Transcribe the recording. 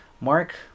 Mark